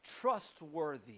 trustworthy